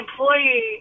employee